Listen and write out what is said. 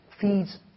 feeds